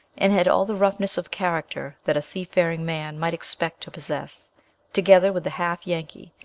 and had all the roughness of character that a sea-faring man might expect to possess together with the half-yankee,